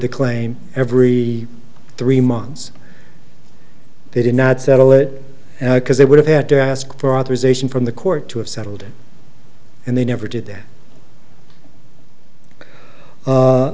the claim every three months they did not settle it because they would have had to ask for authorization from the court to have settled it and they never did that